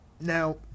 Now